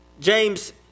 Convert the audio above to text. James